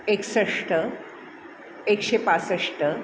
एकसष्ट एकशे पासष्ट